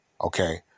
okay